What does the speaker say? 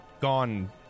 gone